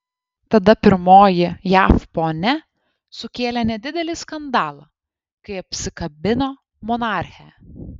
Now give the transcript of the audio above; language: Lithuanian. tada pirmoji jav ponia sukėlė nedidelį skandalą kai apsikabino monarchę